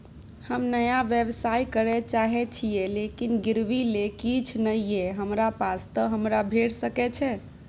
हम नया व्यवसाय करै चाहे छिये लेकिन गिरवी ले किछ नय ये हमरा पास त हमरा भेट सकै छै?